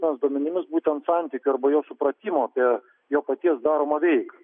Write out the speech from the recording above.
asmens duomenimis būtent santykio arba jo supratimo apie jo paties daromą veiką